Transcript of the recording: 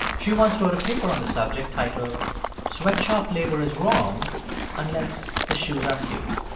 she once wrote a paper on the subject titled sweatshop labor is wrong unless the shoes are cute.